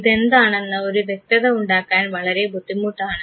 ഇതെന്താണെന്ന് ഒരു വ്യക്തത ഉണ്ടാക്കാൻ വളരെ ബുദ്ധിമുട്ടാണ്